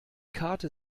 karte